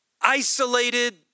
isolated